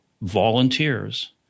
volunteers